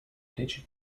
digit